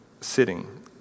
sitting